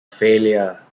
failure